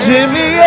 Jimmy